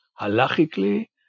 halachically